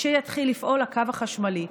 כשיתחיל לפעול הקו החשמלי,